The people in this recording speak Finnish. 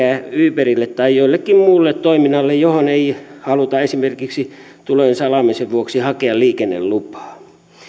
uberille tai jollekin muulle toiminnalle johon ei haluta esimerkiksi tulojen salaamisen vuoksi hakea liikennelupaa